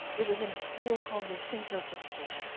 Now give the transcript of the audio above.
it was in a school called the saint joseph school.